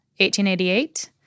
1888